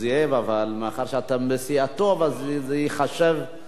אבל מאחר שאתה מסיעתו זה ייחשב כאילו,